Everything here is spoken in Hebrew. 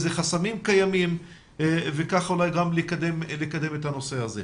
איזה חסמים קיימים וכך אולי גם לקדם את הנושא הזה.